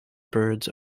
birds